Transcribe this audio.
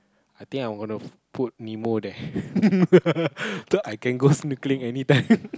I think I gonna put Nemo there so I can go snorkeling anytime